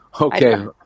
Okay